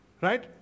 Right